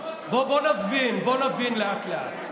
בוא, בוא נבין, בוא נבין לאט-לאט.